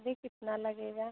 अभी कितना लगेगा